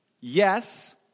Yes